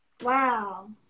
wow